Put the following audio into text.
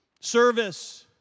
service